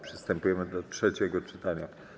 Przystępujemy do trzeciego czytania.